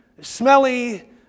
smelly